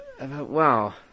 Wow